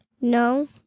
No